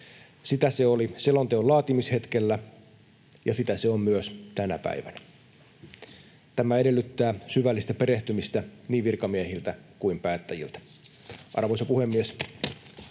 Sitä se oli selonteon laatimishetkellä, ja sitä se on myös tänä päivänä. Tämä edellyttää syvällistä perehtymistä niin virkamiehiltä kuin päättäjiltä. Arvoisa puhemies!